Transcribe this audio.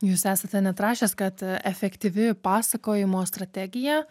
jūs esate net rašęs kad efektyvi pasakojimo strategija